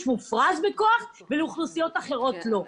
מופרז בכוח ואילו לאוכלוסיות אחרות לא.